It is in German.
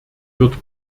wird